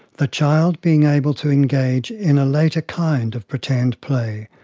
the child being able to engage in a later kind of pretend play,